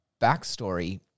backstory